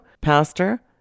Pastor